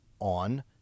on